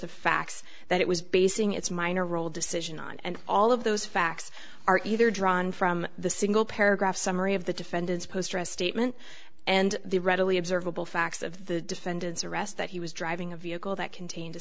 the facts that it was basing its minor role decision on and all of those facts are either drawn from the single paragraph summary of the defendant's post or a statement and the readily observable facts of the defendant's arrest that he was driving a vehicle that contained a